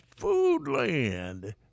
Foodland